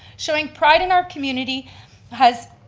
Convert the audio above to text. showing pride in our community has